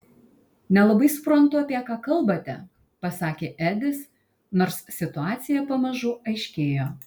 nelabai suprantu apie ką kalbate pasakė edis nors situacija pamažu aiškėjo